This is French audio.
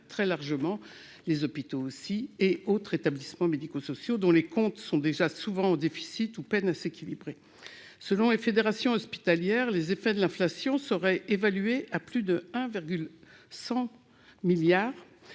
très largement les hôpitaux et les autres établissements de santé dont les comptes sont déjà en déficit ou à peine à l'équilibre. Selon les fédérations hospitalières, les effets de l'inflation seraient évalués à plus de 1,1 milliard